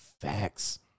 Facts